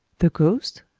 the ghost?